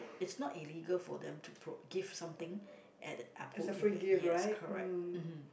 it's not illegal for them to put give something at the Apple event yes correct uh